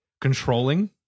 controlling